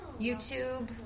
YouTube